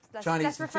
Chinese